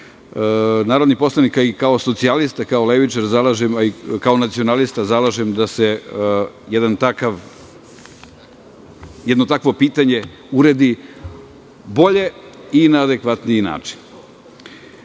narodni poslanik i kao socijalista, kao levičar, ali i kao nacionalista zalažem da se jedno takvo pitanje uredi bolje i na adekvatniji način. Pošto